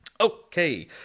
Okay